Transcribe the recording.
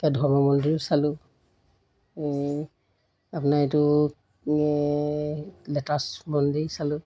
এতিয়া ধৰ্ম মন্দিৰো চালোঁ আপোনাৰ এইটো ল'টাচ মন্দিৰ চালোঁ